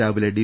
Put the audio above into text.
രാവിലെ ഡി